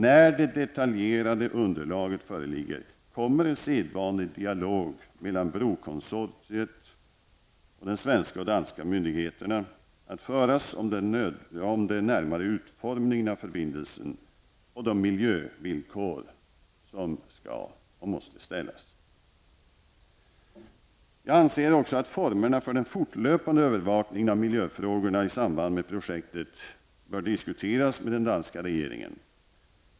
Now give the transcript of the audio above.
När det detaljerade underlaget föreligger kommer en sedvanlig dialog mellan brokonsortiet och de svenska och danska myndigheterna att föras om den närmare utformningen av förbindelsen och de miljövillkor som måste ställas. Jag anser också att formerna för en fortlöpande övervakningen av miljöfrågorna i samband med projektet bör diskuteras med den danska regeringen.